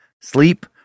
sleep